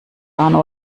arno